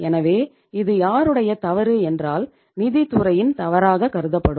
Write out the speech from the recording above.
எனவே இது யாருடைய தவறு என்றால் நிதித்துறையின் தவறாக கருதப்படும்